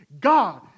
God